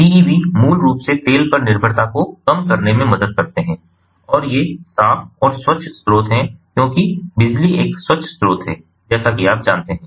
PEV मूल रूप से तेल पर निर्भरता को कम करने में मदद करते हैं और ये साफ और स्वच्छ स्रोत हैं क्योंकि बिजली एक स्वच्छ स्रोत है जैसा आप जानते हैं